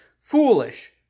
foolish